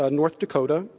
ah north dakota,